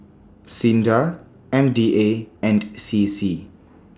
SINDA M D A and C C